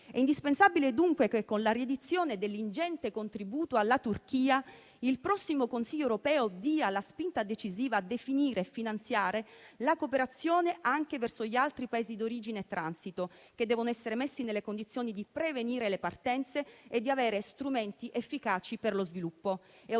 È indispensabile, dunque, che, con la riedizione dell'ingente contributo alla Turchia, il prossimo Consiglio europeo dia la spinta decisiva a definire e finanziare la cooperazione anche verso gli altri Paesi d'origine e transito, che devono essere messi nelle condizioni di prevenire le partenze e di avere strumenti efficaci per lo sviluppo.